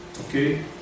Okay